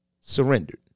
surrendered